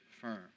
firm